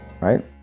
right